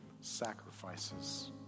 sacrifices